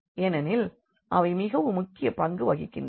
ஏனெனில் அவை மிகவும் முக்கிய பங்கு வகிக்கின்றன